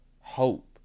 hope